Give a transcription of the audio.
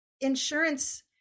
insurance